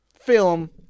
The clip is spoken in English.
Film